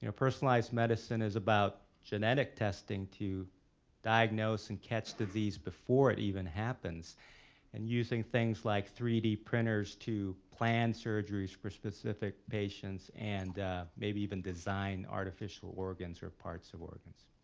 you know personalize medicine is about genetic testing to diagnose and catch the disease before it even happens and using things like three d printers to plan surgeries for specific patients and maybe even design artificial organs or parts of organs.